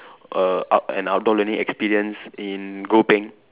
err out an outdoor learning experience in Gopeng